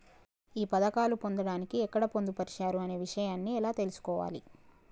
ఈ పథకాలు పొందడానికి ఎక్కడ పొందుపరిచారు అనే విషయాన్ని ఎలా తెలుసుకోవాలి?